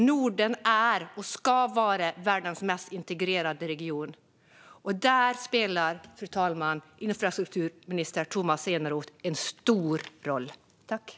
Norden är och ska vara världens mest integrerade region, och där, fru talman, spelar infrastrukturminister Tomas Eneroth en stor roll.